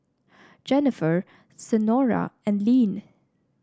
Jennifer Senora and Lynne